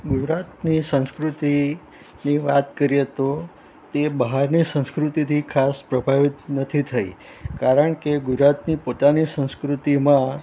ગુજરાતની સંસ્કૃતિની વાત કરીએ તો તે બહારની સંસ્કૃતિથી ખાસ પ્રભાવિત નથી થઈ કારણ કે ગુજરાતની પોતાની સંસ્કૃતિમાં